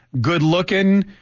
good-looking